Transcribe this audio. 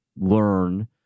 learn